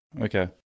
Okay